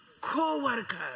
co-worker